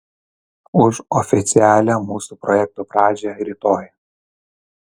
už oficialią mūsų projekto pradžią rytoj